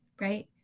right